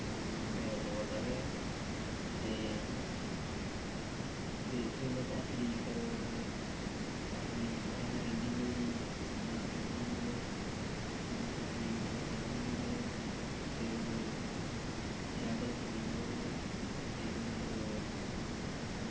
ओह् bat ball दा गै ते फेमस एथलीट एथलीट इत्थें रनिंग होई गेई इयां रनिंग ते फेमस एथलीट रनिंग फिर जैवल थ्रोइंग फिर